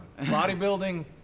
bodybuilding